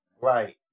right